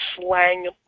slang